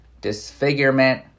disfigurement